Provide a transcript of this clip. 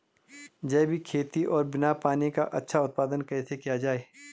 जैविक खेती और बिना पानी का अच्छा उत्पादन कैसे किया जाए?